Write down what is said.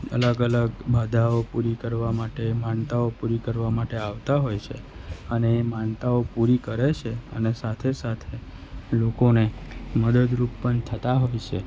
અલગ અલગ બાધાઓ પૂરી કરવા માટે માનતાઓ પૂરી કરવા માટે આવતા હોય છે અને એ માનતાઓ પૂરી કરે છે અને સાથે સાથે લોકોને મદદરૂપ પણ થતા હોય છે